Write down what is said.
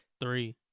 three